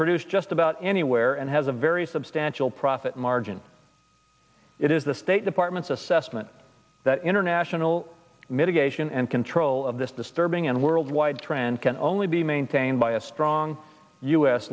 produced just about anywhere and has a very substantial profit margin it is the state department's assessment that international mitigation and control of this disturbing and worldwide trend can only be maintained by a strong u